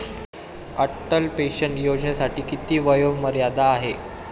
Atal pension योजनेसाठी किती वयोमर्यादा आहे?